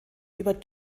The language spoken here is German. über